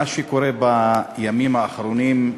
מה שקורה בימים האחרונים,